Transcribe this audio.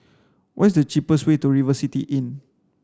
what is the cheapest way to River City Inn